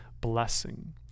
blessing